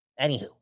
Anywho